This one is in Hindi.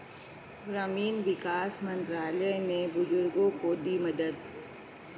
ग्रामीण विकास मंत्रालय ने बुजुर्गों को दी मदद